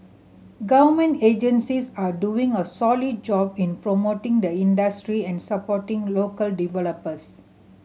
government agencies are doing a solid job in promoting the industry and supporting local developers